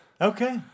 Okay